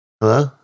hello